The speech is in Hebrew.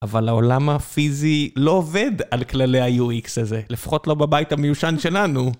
אבל העולם הפיזי לא עובד על כללי ה-UX הזה, לפחות לא בבית המיושן שלנו.